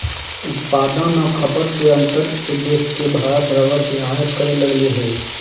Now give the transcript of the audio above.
उत्पादन आउ खपत के अंतर के देख के भारत रबर के आयात करे लगले हइ